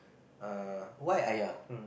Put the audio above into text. uh why